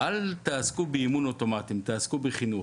אל תעסקו באימון אוטומטי, תעסקו בחינוך.